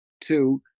Two